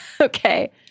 Okay